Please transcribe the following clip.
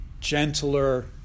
gentler